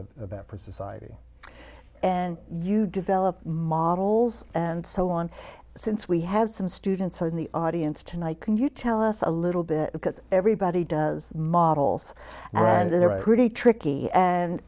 of that for society and you develop models and so on since we have some students in the audience tonight can you tell us a little bit because everybody does models and they are pretty tricky and